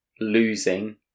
losing